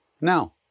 now